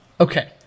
Okay